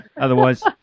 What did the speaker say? otherwise